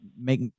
make